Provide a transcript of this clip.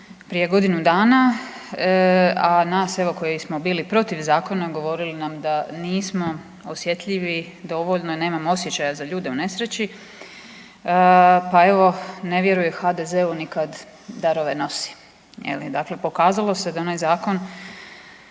prije godinu dana, a nas evo koji smo bili protiv zakona govorili nam da nismo osjetljivi dovoljno jer nemamo osjećaja za ljude u nesreći. Pa evo ne vjeruj HDZ-u ni kad darove nosi. Je li, dakle pokazalo se da onaj zakon